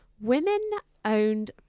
women-owned